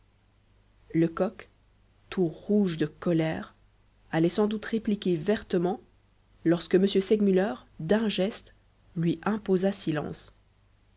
lecoq tout rouge de colère allait sans doute répliquer vertement lorsque m segmuller d'un geste lui imposa silence